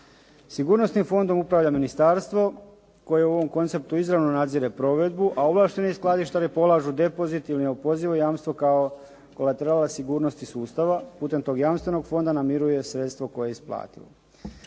Sigurnosnim fondom upravlja ministarstvo koje u ovom konceptu izravno nadzire provedbu a ovlašteni skladištari polažu depozit i neopozivo jamstvo kao kolaterala sigurnosti sustava, putem tog jamstvenog fonda namiruje sredstva koje je isplatilo.